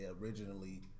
Originally